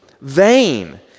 vain